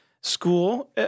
school